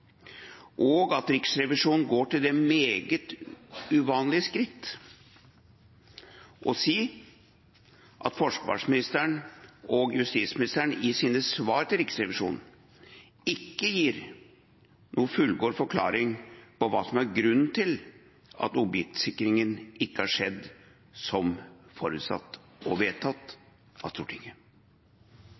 Riksrevisjonen går til det meget uvanlige skritt å si at forsvarsministeren og justisministeren i sine svar til Riksrevisjonen ikke gir noen fullgod forklaring på hva som er grunnen til at objektsikringen ikke har skjedd som forutsatt og vedtatt av Stortinget.